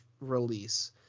release